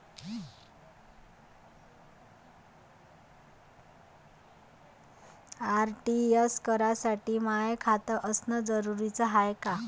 RTGS करासाठी माय खात असनं जरुरीच हाय का?